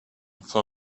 for